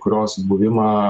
kurios buvimą